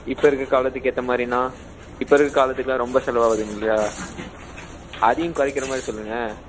இப்போ இருக்க காலத்துக்கு ஏற்ற மாதிரின்னா இப்போ இருக்க காலத்துக்குலாம் ரொம்ப செலவாவுதுங்க இல்லையா அதையும் குறைக்கிற மாதிரி சொல்லுங்கள்